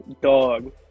dog